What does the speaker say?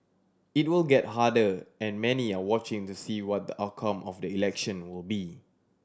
it will get harder and many are watching to see what the outcome of the election will be